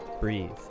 breathe